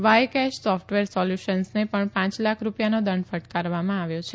Y cash software સોલ્યુસન્સને પણ પાંચ લાખ રૂપિયાનો દંડ ફટકારવામાં આવ્યો છે